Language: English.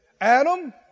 Adam